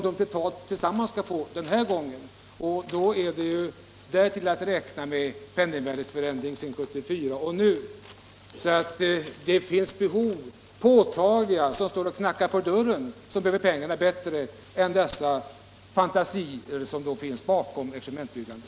Då har man ändå inte tagit hänsyn till penningvärdeförändringen sedan 1974. Där behövs pengarna bättre än till det oredovisade behovet bakom experimentbyggena.